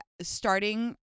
starting